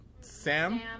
Sam